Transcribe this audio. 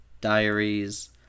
diaries